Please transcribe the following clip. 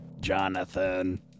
Jonathan